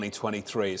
2023